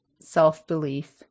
self-belief